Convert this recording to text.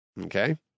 Okay